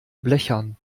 blechern